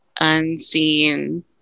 unseen